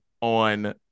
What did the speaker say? on